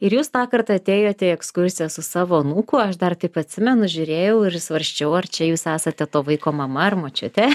ir jūs tą kartą atėjote į ekskursiją su savo anūku aš dar taip atsimenu žiūrėjau ir svarsčiau ar čia jūs esate to vaiko mama ar močiutė